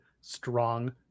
strong